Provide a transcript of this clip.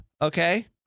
okay